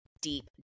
deep